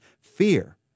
fear